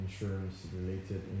insurance-related